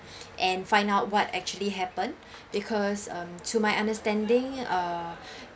and find out what actually happen because um to my understanding uh